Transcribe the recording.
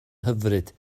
hyfryd